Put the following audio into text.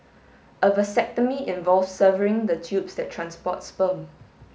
a vasectomy involves severing the tubes that transport sperm